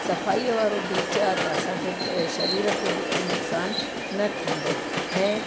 सफ़ाईअ वारो बीच आहे त असांखे बि सरीर खे बि को नुक़सान न थींदो ऐं